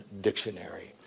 dictionary